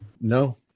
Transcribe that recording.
no